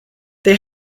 they